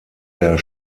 der